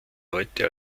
heute